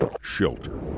shelter